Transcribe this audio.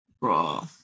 Bro